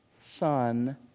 Son